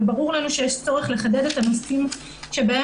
וברור לנו שיש צורך לחדד את הנושאים שבהם